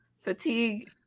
Fatigue